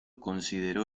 consideró